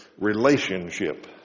relationship